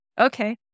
Okay